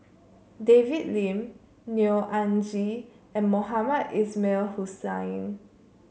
David Lim Neo Anngee and Mohamed Ismail Hussain